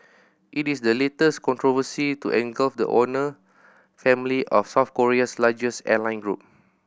it is the latest controversy to engulf the owner family of South Korea's largest airline group